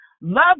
love